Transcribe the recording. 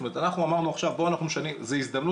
זאת אומרת אנחנו אמרנו עכשיו שזו הזדמנות